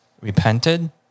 repented